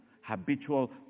habitual